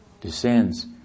descends